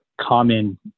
common